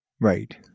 Right